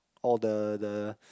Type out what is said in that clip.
all the the